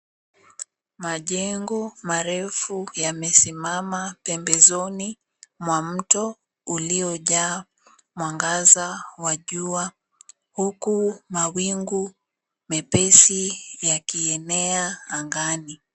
Majengo marefu yamesimama pembezoni mwa mto uliyojaa mwangaza wa jua huku mawingu mepesi yakienea angani.